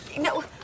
No